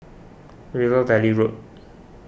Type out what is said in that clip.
River Valley Road